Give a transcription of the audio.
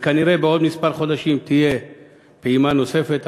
וכנראה בעוד כמה חודשים תהיה פעימה נוספת,